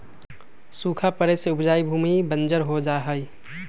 सूखा पड़े से उपजाऊ भूमि बंजर हो जा हई